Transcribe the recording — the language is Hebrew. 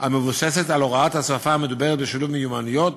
המבוססת על הוראת השפה המדוברת בשילוב מיומנויות